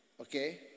Okay